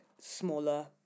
smaller